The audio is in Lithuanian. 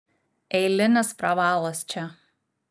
eilinis pravalas čia